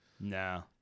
No